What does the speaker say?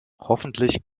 hoffentlich